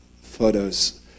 photos